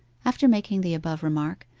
after making the above remark,